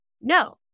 No